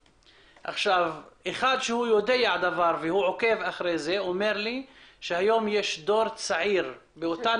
אחד שעוקב אחרי זה אמר לי שהיום יש דור צעיר באותן